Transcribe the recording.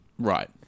Right